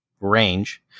range